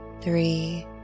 three